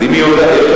אז אם יש לה קונץ,